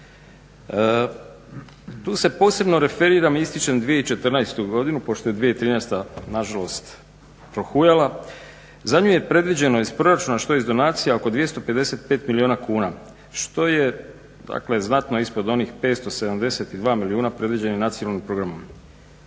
Tu se posebno referiram i ističem 2014. godinu pošto je 2013. na žalost prohujala za nju je predviđeno iz proračuna što iz donacija oko 255 milijuna kuna što je, dakle znatno ispod onih 572 milijuna predviđenih Nacionalnim programom.